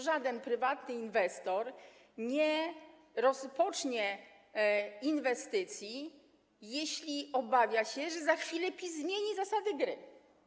Żaden prywatny inwestor nie rozpocznie inwestycji, jeśli obawia się, że za chwilę PiS zmieni zasady gry.